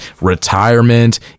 retirement